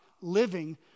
living